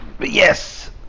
yes